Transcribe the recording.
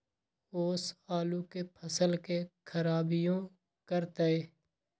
ओस आलू के फसल के खराबियों करतै?